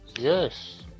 Yes